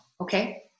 okay